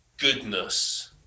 goodness